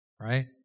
right